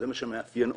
זה מה שמאפיין עונש.